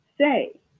say